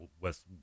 West